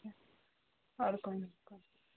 اور کوئی